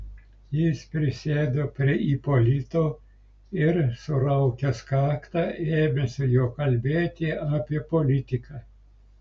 jis prisėdo prie ipolito ir suraukęs kaktą ėmė su juo kalbėti apie politiką